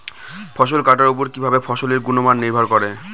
ফসল কাটার উপর কিভাবে ফসলের গুণমান নির্ভর করে?